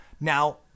Now